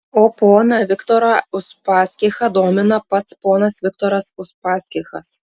o poną viktorą uspaskichą domina pats ponas viktoras uspaskichas